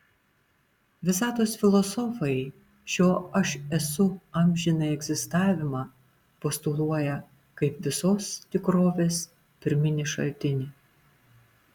visatos filosofai šio aš esu amžinąjį egzistavimą postuluoja kaip visos tikrovės pirminį šaltinį